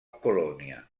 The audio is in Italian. polonia